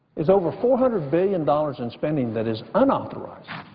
is over four hundred billion dollars in spending that is unauthorized,